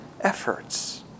efforts